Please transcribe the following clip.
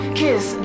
kiss